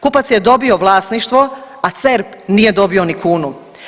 Kupac je dobio vlasništvo, a CERP nije dobio ni kunu.